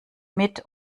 mit